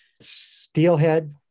steelhead